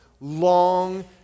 long